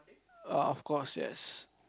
err of course yes